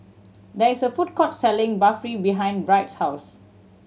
there is a food court selling Barfi behind Wright's house